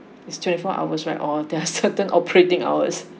it's twenty-four hours right or there are certain operating hours